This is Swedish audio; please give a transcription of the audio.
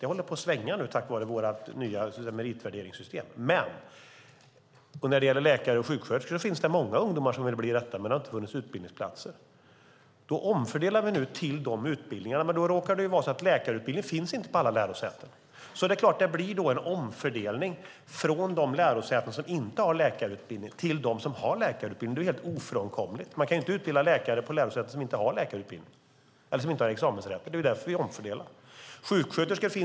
Det håller på att svänga nu, tack vare vårt nya meritvärderingssystem. Läkare och sjuksköterskor finns det många ungdomar som vill bli, men det har inte funnits utbildningsplatser. Då omfördelar vi till de utbildningarna. Det råkar då vara så att läkarutbildning inte finns på alla lärosäten. Då är det klart att det blir en omfördelning från de lärosäten som inte har läkarutbildning till dem som har läkarutbildning. Det är helt ofrånkomligt. Man kan ju inte utbilda läkare på lärosäten som inte har examensrätt. Det är därför vi omfördelar.